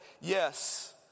yes